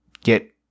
get